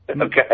Okay